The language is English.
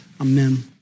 Amen